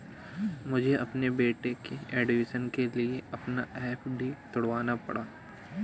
मुझे अपने बेटे के एडमिशन के लिए अपना एफ.डी तुड़वाना पड़ा